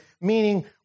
meaning